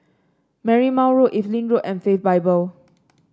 Marymount Road Evelyn Road and Faith Bible